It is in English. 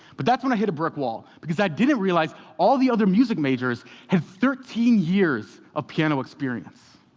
but that's when i hit a brick wall because i didn't realize all the other music majors had thirteen years of piano experience.